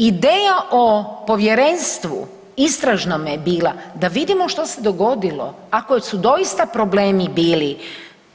Ideja o povjerenstvu istražnome je bila da vidimo što se dogodilo ako su doista problemi bili